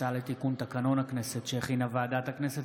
הצעה לתיקון תקנון הכנסת שהכינה ועדת הכנסת,